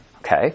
Okay